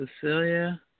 Cecilia